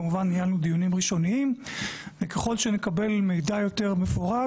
כמובן ניהלנו דיונים ראשוניים וככל שנקבל מידע יותר מפורט,